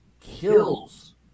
kills